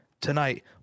Tonight